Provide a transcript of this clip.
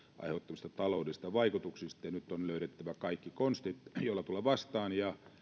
aiheuttamista taloudellisista vaikutuksista ja nyt on löydettävä kaikki konstit joilla tulla vastaan